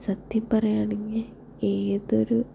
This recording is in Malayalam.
സത്യം പറയുകയാണെങ്കിൽ ഏതൊരു